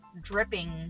dripping